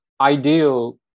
ideal